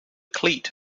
cleat